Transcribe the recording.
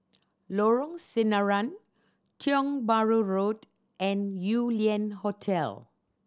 Lorong Sinaran Tiong Bahru Road and Yew Lian Hotel